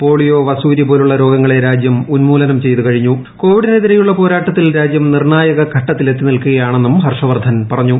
polio വസൂരി പോലുള്ള രോഗങ്ങളെ ഉന്മൂലനം രാജ്യം കോവിഡിനെതിരെയുളള പോരാട്ടത്തിൽ രാജ്യം നിർണ്ണായക ഘട്ടത്തിലെത്തി നിൽക്കുകയാണെന്നും ഹർഷവർധൻ പറഞ്ഞു